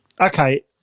Okay